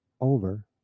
over